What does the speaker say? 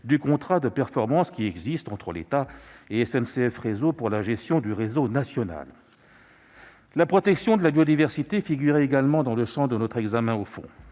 du contrat de performance qui existe entre l'État et SNCF Réseau pour la gestion du réseau national. La protection de la biodiversité figurait également dans le champ de notre examen au fond.